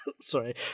Sorry